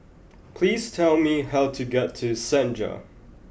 please tell me how to get to Senja